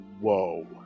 Whoa